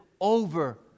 over